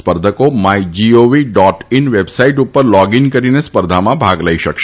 સ્પર્ધકો my gov dot in website ઉપર log in કરીને સ્પર્ધામાં ભાગ લઈ શકાશે